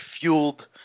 fueled